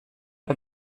bei